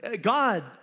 God